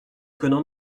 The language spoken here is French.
conen